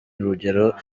urugero